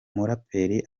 muraperi